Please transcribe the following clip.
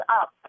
up